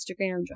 Instagram